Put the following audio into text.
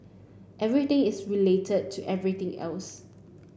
everything is related to everything else